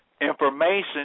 information